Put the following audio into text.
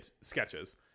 sketches